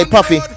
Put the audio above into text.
Puffy